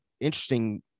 interesting